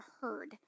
heard